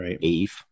eve